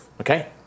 Okay